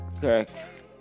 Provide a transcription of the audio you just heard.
correct